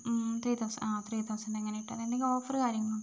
three thousand ആ three thousand അങ്ങനെ ഇട്ടു തരാം എന്തെങ്കിലും ഓഫർ കാര്യങ്ങൾ ഉണ്ടോ